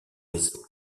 vaisseaux